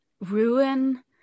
ruin